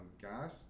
gas